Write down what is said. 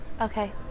Okay